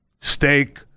steak